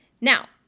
Now